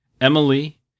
Emily